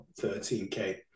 13k